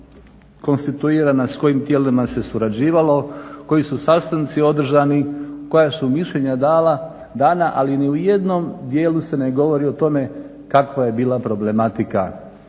tijela konstituirana, s kojim tijelima se surađivalo, koji su sastanci održani, koja su mišljenja dana, ali ni u jednom dijelu se ne govori o tome kakva je bila problematika